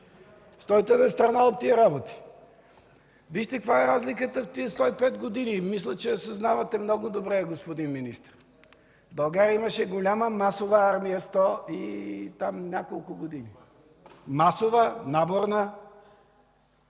Стойте настрана от тези работи. Вижте каква е разликата в тези 105 години и мисля, че я съзнавате много добре, господин министър. България имаше голяма масова армия сто и няколко години – масова, наборна.